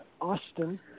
Austin